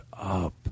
up